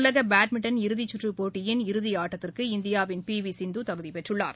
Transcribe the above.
உலக பேட்மிண்டன் இறுதிச்சுற்றுப் போட்டியின் இறுதியாட்டத்திற்கு இந்தியாவின் பி வி சிந்து தகுதி பெற்றுள்ளார்